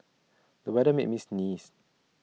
the weather made me sneeze